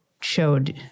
showed